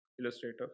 illustrator